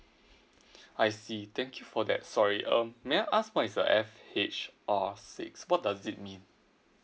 I see thank you for that sorry um may I ask what is the F H R six what does it mean